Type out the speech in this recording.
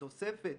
בתוספת